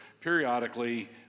periodically